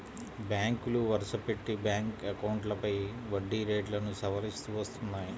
బ్యాంకులు వరుసపెట్టి బ్యాంక్ అకౌంట్లపై వడ్డీ రేట్లను సవరిస్తూ వస్తున్నాయి